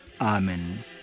Amen